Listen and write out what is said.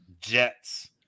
Jets